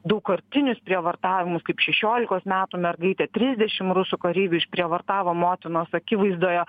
daugkartinius prievartavimus kaip šešiolikos metų mergaitę trisdešimt rusų kareivių išprievartavo motinos akivaizdoje